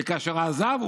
וכאשר עזב,